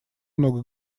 много